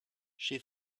she